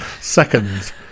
second